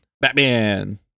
Batman